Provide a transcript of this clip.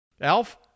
alf